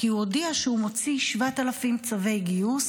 כי הוא הודיע שהוא מוציא 7,000 צווי גיוס,